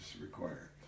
required